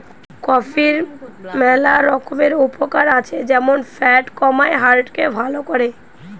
কফির ম্যালা রকমের উপকার আছে যেমন ফ্যাট কমায়, হার্ট কে ভাল করে